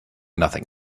nothing